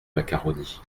macaroni